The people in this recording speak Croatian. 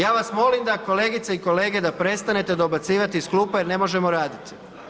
Ja vas molim da, kolegice i kolege da prestanete dobacivati iz klupa jer ne možemo raditi.